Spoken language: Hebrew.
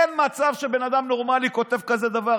אין מצב שבן אדם נורמלי כותב כזה דבר,